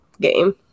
game